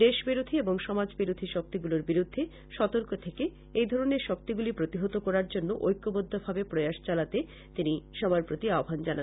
দেশ বিরোধি এবং সমাজ বিরোধি শক্তিগুলোর বিরুদ্ধে সর্তক থেকে এধরণের শক্তিগুলি প্রতিহত করার জন্য ঐক্যবদ্ধভাবে প্রয়াস চালাতে তিনি সবার প্রতি আহ্বান জানান